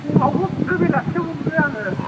फुङावबो गुरो बेलासियावबो गुरो आङो